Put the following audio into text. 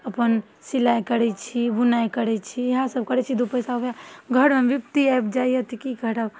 अपन सिलाइ करै छी बुनाइ करै छी इएहसब करै छी दुइ पइसा वएह घरमे विपत्ति आबि जाइए तऽ कि करब